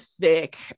thick